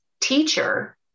teacher